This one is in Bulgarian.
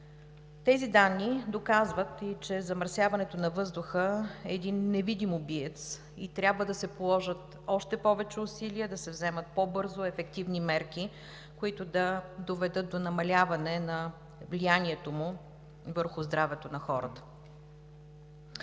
Тези данни доказват и че замърсяването на въздуха е един невидим убиец и трябва да се положат още повече усилия, да се вземат по-бързо ефективни мерки, които да доведат до намаляване на влиянието му върху здравето на хората.